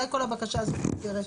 אולי כל הבקשה הזאת מיותרת?